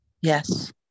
yes